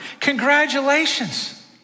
Congratulations